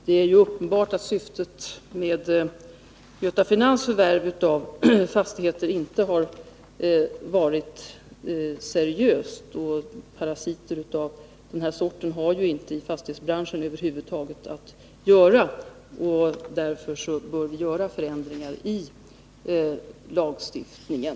Det är uppenbart att syftet med Göta Finans förvärv av fastigheter inte har 8 Riksdagens protokoll 1981/82:14-16 varit seriöst, och parasiter av den sorten har ju inte i fastighetsbranschen över huvud taget att göra. Därför bör vi göra förändringar i lagstiftningen.